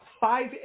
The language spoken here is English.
five –